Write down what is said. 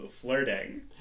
flirting